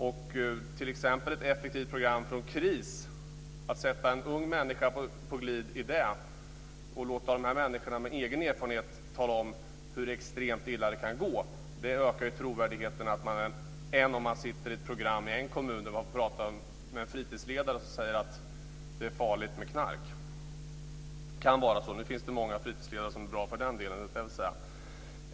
Att t.ex. sätta en ung människa på glid i ett effektivt program från KRIS och låta människor med egen erfarenhet tala om hur extremt illa det kan gå ökar trovärdigheten mer än om man sitter i ett program i en kommun där man pratar med en fritidsledare som säger att det är farligt med knark. Det kan vara så, men det finns också många fritidsledare som är bra i den delen.